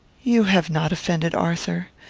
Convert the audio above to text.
you have not offended, arthur.